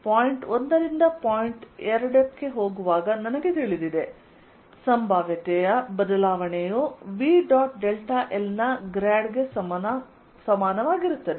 point 1 ರಿಂದ point 2 ಗೆ ಹೋಗುವಾಗ ನನಗೆ ತಿಳಿದಿದೆ ಸಂಭಾವ್ಯತೆಯ ಬದಲಾವಣೆಯು V ಡಾಟ್ ಡೆಲ್ಟಾ l ನ ಗ್ರೇಡ್ ಗೆ ಸಮಾನವಾಗಿರುತ್ತದೆ